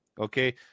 Okay